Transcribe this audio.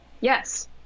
Yes